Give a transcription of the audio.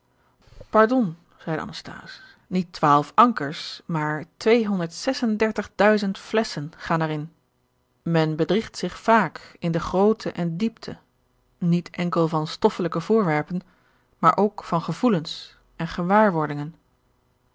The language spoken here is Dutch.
zeide anasthase niet twaalf ankers maar tweehonderd zes en dertig duizend flesschen gaan er in men bedriegt zich vaak in de grootte en diepte niet enkel van stoffelijke voorwerpen maar ook van gevoelens en gewaarwordingen